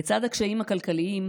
לצד הקשיים הכלכליים,